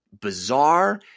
bizarre